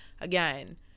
again